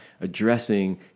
addressing